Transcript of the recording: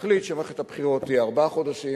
החליט שמערכת הבחירות תהיה ארבעה חודשים,